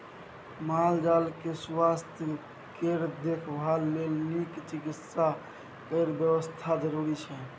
माल जाल केँ सुआस्थ केर देखभाल लेल नीक चिकित्सा केर बेबस्था जरुरी छै